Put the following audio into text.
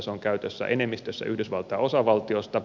se on käytössä enemmistössä yhdysvaltain osavaltioista